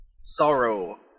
Sorrow